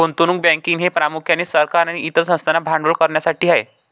गुंतवणूक बँकिंग हे प्रामुख्याने सरकार आणि इतर संस्थांना भांडवल करण्यासाठी आहे